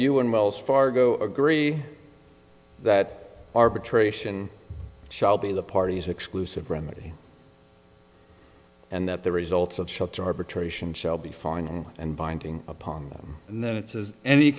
you and wells fargo agree that arbitration shall be the party's exclusive remedy and that the results of shots or arbitration shall be following and binding upon them and then it says any